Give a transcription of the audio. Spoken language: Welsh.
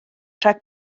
rhag